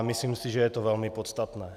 Myslím si, že je to velmi podstatné.